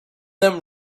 them